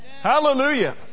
Hallelujah